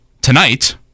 tonight